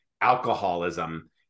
alcoholism